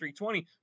320